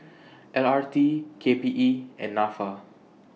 L R T K P E and Nafa